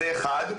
זה אחת,